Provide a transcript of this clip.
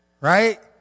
right